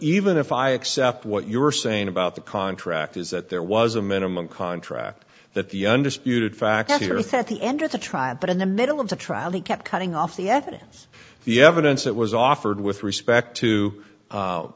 even if i accept what you are saying about the contract is that there was a minimum contract that the undisputed fact of the earth at the end of the trial but in the middle of the trial he kept cutting off the evidence the evidence that was offered with respect to